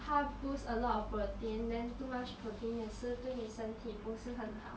它 boost a lot of protein then too much protein 也是对你身体不是很好